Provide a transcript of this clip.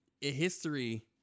history